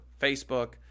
Facebook